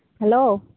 hello